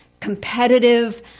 competitive